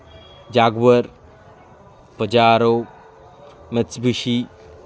jaguar Pajero Mitsubishi